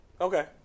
Okay